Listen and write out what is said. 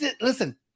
listen